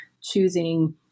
choosing